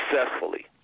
successfully